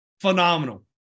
phenomenal